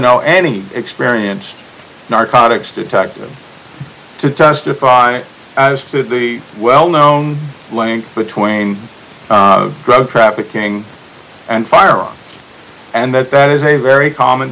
know any experience narcotics detective to testify as to the well known link between drug trafficking and firearms and that that is a very common